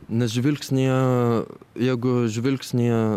nes žvilgsnyje jeigu žvilgsnyje